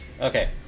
Okay